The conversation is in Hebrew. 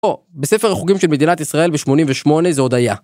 או, בספר החוגים של מדינת ישראל בשמונים ושמונה זה עוד היה.